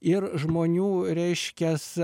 ir žmonių reiškias